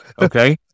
Okay